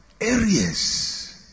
areas